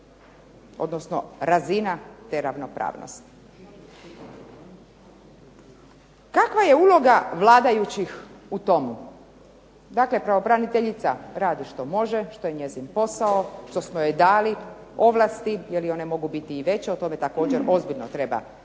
odnosno razina te ravnopravnosti. Kakva je uloga vladajućih u tomu? Dakle pravobraniteljica radi što može, što je njezin posao, što smo joj dali ovlasti, je li one mogu biti i veće o tome također ozbiljno treba